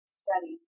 study